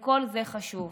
וכל זה חשוב.